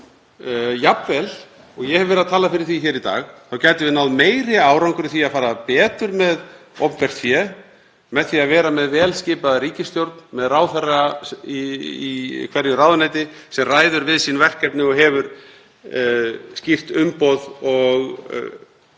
við, og ég hef verið að tala fyrir því hér í dag, náð meiri árangri í því að fara betur með opinbert fé með því að vera með vel skipaða ríkisstjórn með ráðherra í hverju ráðuneyti sem ræður við sín verkefni og hefur skýrt umboð og skýrar